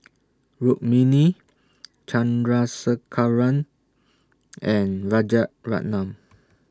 Rukmini Chandrasekaran and Rajaratnam